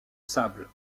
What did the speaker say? sable